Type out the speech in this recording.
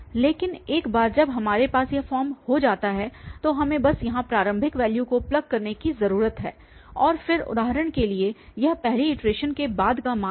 लेकिन एक बार जब हमारे पास यह फॉर्म हो जाता है तो हमें बस यहां प्रारंभिक वैल्यू को प्लग करने की ज़रूरत है और फिर उदाहरण के लिए यह पहली इटरेशन के बाद का मान है